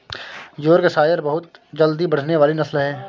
Yorkshire बहुत जल्दी बढ़ने वाली नस्ल है